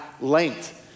length